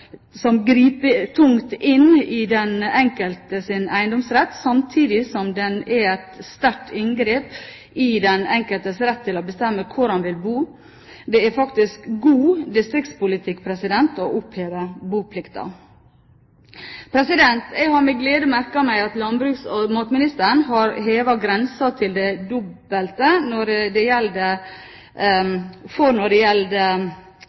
som griper tungt inn i den enkeltes eiendomsrett, samtidig som den er et sterkt inngrep i den enkeltes rett til å bestemme hvor man vil bo. Det er faktisk god distriktspolitikk å oppheve boplikten. Jeg har med glede merket meg at landbruks- og matministeren har hevet grensen til det dobbelte for når det